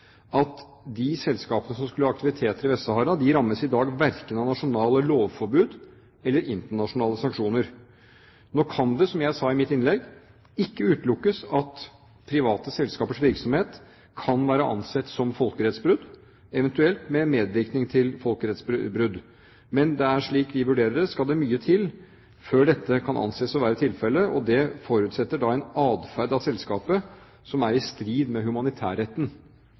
at de selskapene som skulle ha aktiviteter i Vest-Sahara, rammes i dag verken av nasjonale lovforbud eller internasjonale sanksjoner. Nå kan det, som jeg sa i mitt innlegg, ikke utelukkes at private selskapers virksomhet kan være ansett som folkerettsbrudd, eventuelt medvirkning til folkerettsbrudd. Men slik vi vurderer det, skal det mye til før dette kan anses å være tilfellet, og det forutsetter da en atferd fra selskapet som er i strid med humanitærretten.